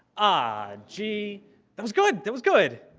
ah aji. that was good, that was good,